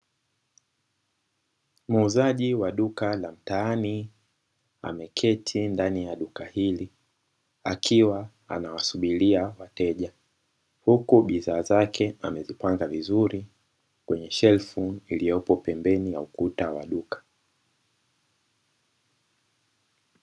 Muuzaji wa duka la mtaani, ameketi ndani ya duka hili akiwa anawasubiria wateja. Huku bidhaa zake amezipanga vizuri kwenye shelfu iliyopo pembeni ya ukuta wa duka.